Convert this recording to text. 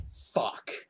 fuck